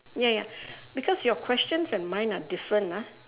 ya ya because your questions and mine are different ah